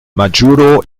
majuro